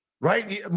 Right